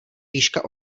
výška